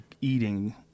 eating